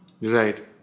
Right